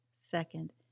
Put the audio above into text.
Second